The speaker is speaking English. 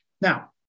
Now